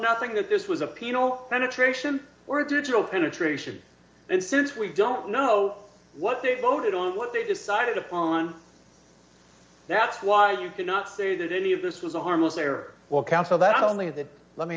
nothing that this was a piano penetration or a digital penetration and since we don't know what they voted on what they decided upon that's why you cannot say that any of this was a harmless error well counsel that only the let me